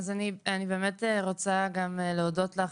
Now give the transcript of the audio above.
אני באמת רוצה גם להודות לך,